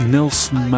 Nelson